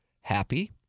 Happy